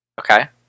Okay